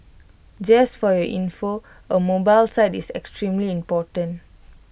just for your info A mobile site is extremely important